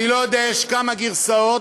אני לא יודע, יש כמה גרסאות,